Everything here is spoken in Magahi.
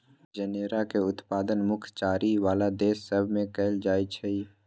जनेरा के उत्पादन मुख्य चरी बला प्रदेश सभ में कएल जाइ छइ